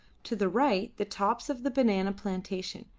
to the right the tops of the banana plantation,